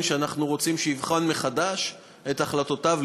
שאנחנו רוצים שיבחן מחדש את החלטותיו,